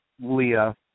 Leah